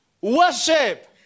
Worship